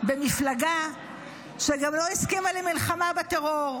במפלגה שגם לא הסכימה למלחמה בטרור,